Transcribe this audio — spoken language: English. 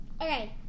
Okay